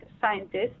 scientists